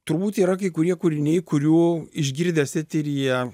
turbūt yra kai kurie kūriniai kurių išgirdęs eteryje